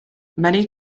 many